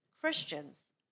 Christians